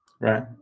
Right